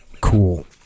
Cool